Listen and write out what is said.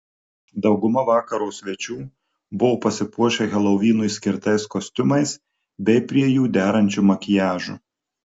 dauguma vakaro svečių buvo pasipuošę helovinui skirtais kostiumais bei prie jų derančiu makiažu